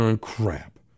crap